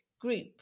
group